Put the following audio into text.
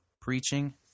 preaching